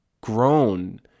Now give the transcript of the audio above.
grown